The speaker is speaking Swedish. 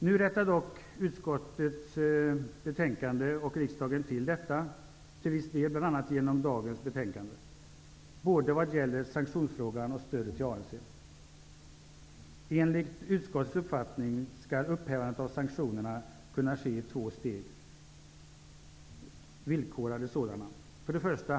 Nu rättar dock utskottet och riksdagen till viss del till detta, bl.a. genom dagens betänkande, både vad gäller sanktionsfrågan och stödet till ANC. Enligt utskottets uppfattning skall upphävandet av sanktionerna kunna ske i två villkorade steg.